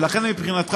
ולכן מבחינתך,